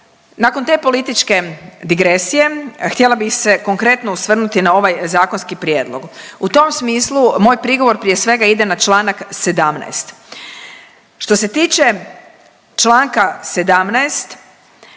Nakon te političke digresije htjela bi se konkretno osvrnuti na ovaj zakonski prijedlog. U tom smislu moj prigovor prije svega ide na čl. 17.. Što se tiče čl. 17.